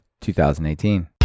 2018